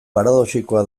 paradoxikoa